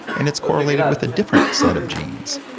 and it is correlated with a different set of genes.